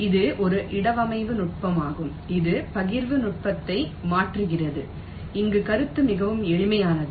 இது ஒரு இடவமைவு நுட்பமாகும் இது பகிர்வு நுட்பத்தை மாற்றுகிறது அங்கு கருத்து மிகவும் எளிமையானது